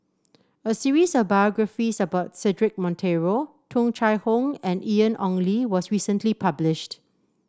a series of biographies about Cedric Monteiro Tung Chye Hong and Ian Ong Li was recently published